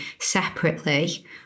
separately